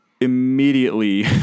immediately